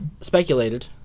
speculated